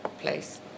Place